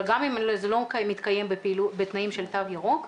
אבל גם זה לא מתקיים בתנאים של תו ירוק,